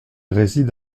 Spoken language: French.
réside